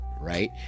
right